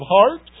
heart